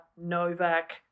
Novak